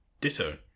Ditto